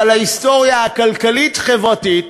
אבל ההיסטוריה הכלכלית-חברתית